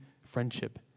friendship